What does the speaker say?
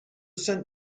sent